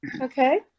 Okay